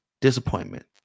disappointment